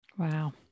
Wow